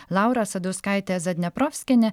laura sadauskaitė zadneprovskienė